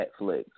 Netflix